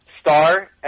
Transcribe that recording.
Star